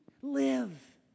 Live